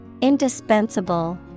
Indispensable